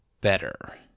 better